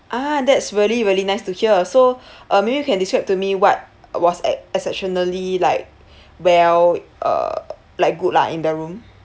ah that's really really nice to hear so um maybe you can describe to me what was ex~ exceptionally like well uh like good lah in the room